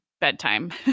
bedtime